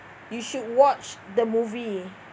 you should watch the movie